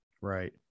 right